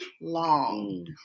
long